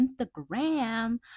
Instagram